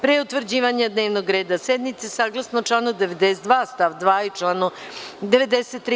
Pre utvrđivanja dnevnog reda sednice, saglasno članu 92. stav 2. i članu 93.